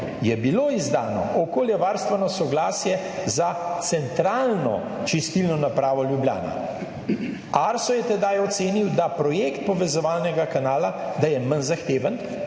je bilo izdano - okoljevarstveno soglasje za Centralno čistilno napravo Ljubljana. ARSO je tedaj ocenil, da projekt povezovalnega kanala, da je manj zahteven